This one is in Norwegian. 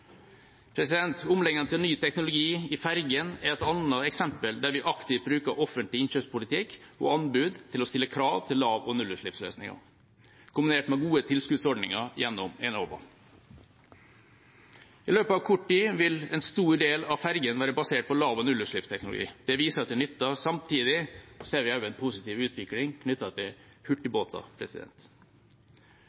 Omleggingen til ny teknologi i fergene er et annet eksempel der vi aktivt bruker offentlig innkjøpspolitikk og anbud til å stille krav til lav- og nullutslippsløsninger, kombinert med gode tilskuddsordninger gjennom Enova. I løpet av kort tid vil en stor del av fergene være basert på lav- og nullutslippsteknologi. Det viser at det nytter. Samtidig ser vi også en positiv utvikling knyttet til